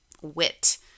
wit